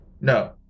No